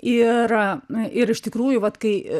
ir na ir iš tikrųjų vat kai